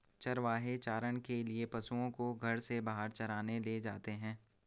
चरवाहे चारण के लिए पशुओं को घर से बाहर चराने ले जाते हैं